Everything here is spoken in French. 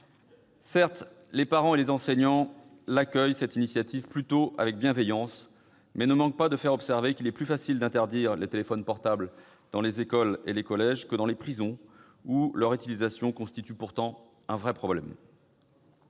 Certes, les parents et les enseignants l'accueillent plutôt avec bienveillance, mais ils ne manquent pas de faire observer qu'il est plus facile d'interdire le téléphone portable dans les écoles et les collèges que dans les prisons, où leur utilisation constitue pourtant un vrai problème.